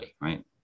right